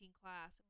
class